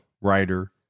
writer